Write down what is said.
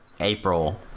April